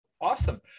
Awesome